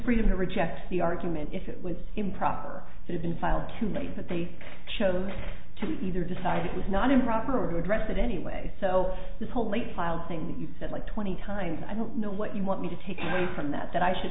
freedom to reject the argument if it was improper to have been filed to make that they chose to either decide it was not improperly addressed that any way so this whole late file thing you said like twenty times i don't know what you want me to take away from that that i should